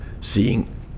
seeing